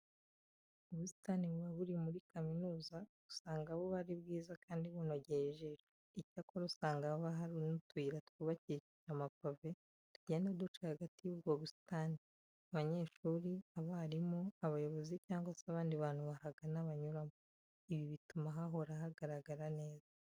Ubusitani buba buri muri kaminuza usanga buba ari bwiza kandi bunogeye ijisho. Icyakora usanga haba hari n'utuyira twubakishije amapave tugenda duca hagati y'ubwo busitani abanyeshuri, abarimu, abayobozi cyangwa se abandi bantu bahagana banyuramo. Ibi bituma hahora hagaragara neza.